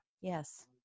Yes